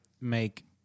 make